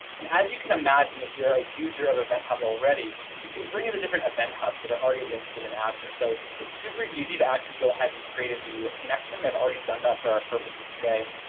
and as you can imagine, if you're a user of event hub already, you can bring in the different event hubs that are already linked within azure. so it's super easy to actually go ahead and create a new connection. i've already done that for our purposes today.